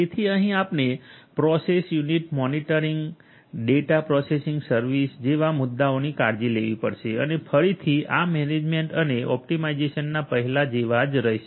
તેથી અહીં આપણે process unit monitoring data processing service જેવા મુદ્દાઓની કાળજી લેવી પડશે અને ફરીથી આ મેનેજમેન્ટ અને ઓપ્ટિમાઇઝેશનના પહેલા જેવા જ રહે છે